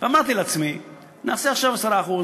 אמרתי לעצמי שנעשה עכשיו 10%,